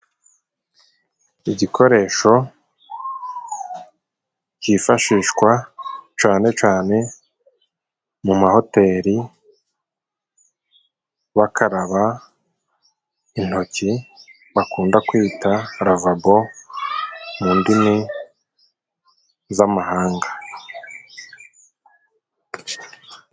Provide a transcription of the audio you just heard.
Igikoresho kifashishwa cane cane mu mahoteli bakaraba intoki bakunda kwita lavabo mu ndimi z'amahanga.